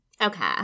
Okay